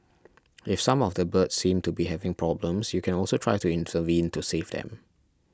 if some of the birds seem to be having problems you can also try to intervene to save them